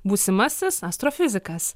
būsimasis astrofizikas